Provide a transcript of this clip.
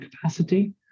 capacity